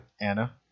Anna